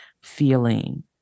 feeling